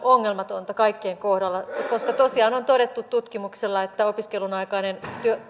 ongelmatonta kaikkien kohdalla koska tosiaan on todettu tutkimuksessa että opiskelun aikainen